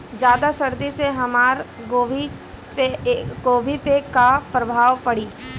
ज्यादा सर्दी से हमार गोभी पे का प्रभाव पड़ी?